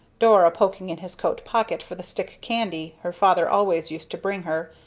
dora poking in his coat-pocket for the stick candy her father always used to bring her,